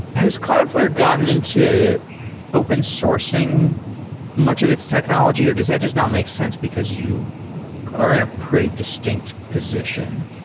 has cloudflare gotten into open sourcing much of its technology or does that just not make sense because you are in a pretty distinct position?